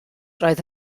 roedd